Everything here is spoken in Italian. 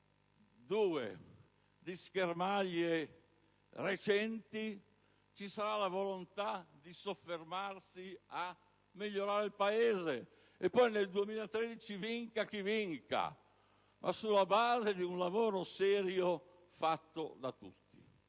anni di schermaglie recenti, ci sarà la volontà di soffermarsi a migliorare il Paese. Poi nel 2013 vinca chi vinca; ma sulla base di un lavoro serio fatto da tutti.